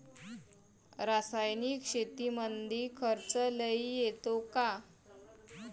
रासायनिक शेतीमंदी खर्च लई येतो का?